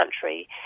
country